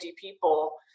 people